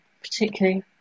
particularly